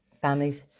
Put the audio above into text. families